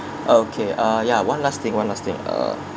okay uh ya one last thing one last thing uh